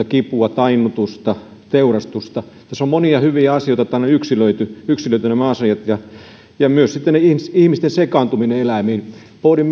kipua tainnutusta teurastusta tässä on monia hyviä asioita ja on yksilöity nämä asiat sitten on myös ihmisten sekaantuminen eläimiin pohdin